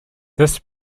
this